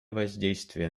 воздействие